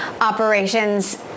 operations